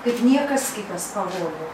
kaip niekas kitas pavojų